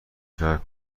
شهر